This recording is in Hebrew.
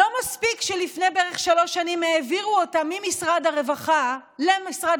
לא מספיק שלפני בערך שלוש שנים העבירו אותם ממשרד הרווחה למשרד